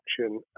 action